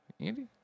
Andy